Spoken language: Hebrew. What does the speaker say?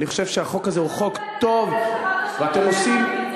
אני חושב שהחוק הזה הוא חוק טוב, ואתם עושים,